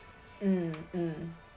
mm mm